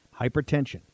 Hypertension